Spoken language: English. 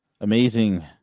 amazing